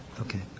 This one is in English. Okay